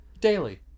Daily